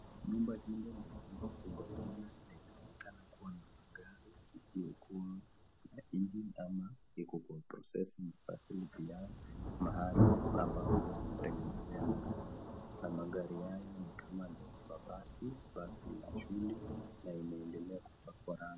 Nyumba hili ni nyumba kubwa sana na ina onekana kuwa na magari isio kuwa na engine ama iko kwa processing facility yao mahali ambapo wana tengenezia magari na magari haya nikama mabasi, basi la shule na ina endelea kupakwa rangi.